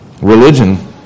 Religion